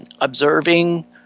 observing